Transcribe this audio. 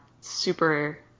super